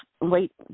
wait